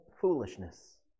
foolishness